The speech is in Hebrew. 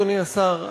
אדוני השר,